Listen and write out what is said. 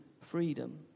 freedom